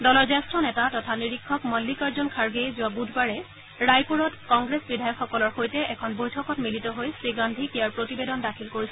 দলৰ জ্যেষ্ঠ নেতা তথা নিৰীক্ষক মল্নিকাৰ্জুন খাৰ্গেয়ে যোৱা বুধবাৰে ৰায়পুৰত কংগ্ৰেছ বিধায়কসকলৰ সৈতে এখন বৈঠকত মিলিত হৈ শ্ৰীগান্ধীক ইয়াৰ প্ৰতিবেদন দাখিল কৰিছিল